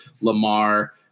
Lamar